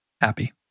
happy